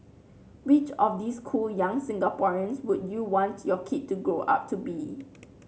which of these cool young Singaporeans would you want your kid to grow up to be